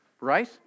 right